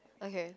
okay